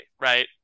right